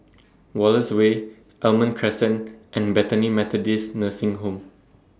Wallace Way Almond Crescent and Bethany Methodist Nursing Home